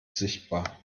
sichtbar